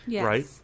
right